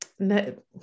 no